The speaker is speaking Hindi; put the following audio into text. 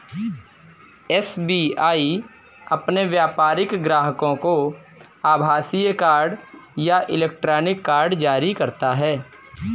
एस.बी.आई अपने व्यापारिक ग्राहकों को आभासीय कार्ड या इलेक्ट्रॉनिक कार्ड जारी करता है